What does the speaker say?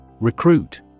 Recruit